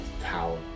power